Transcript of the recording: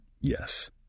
Yes